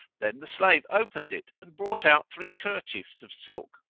then the slave opened it and brought out three kerchiefs of silk,